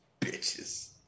Bitches